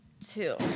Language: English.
Two